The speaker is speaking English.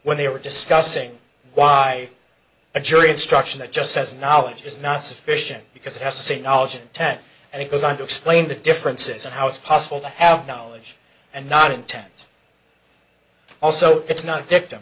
when they were discussing why a jury instruction that just says knowledge is not sufficient because it has to say knowledge attacked and it goes on to explain the differences and how it's possible to have knowledge and not intent also it's not a victim